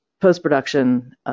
post-production